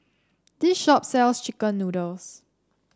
this shop sells chicken noodles